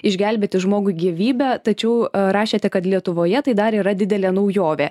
išgelbėti žmogui gyvybę tačiau rašėte kad lietuvoje tai dar yra didelė naujovė